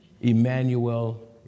Emmanuel